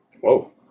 Whoa